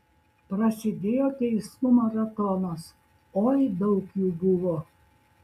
prasidėjo teismų maratonas oi daug jų buvo